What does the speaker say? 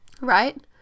right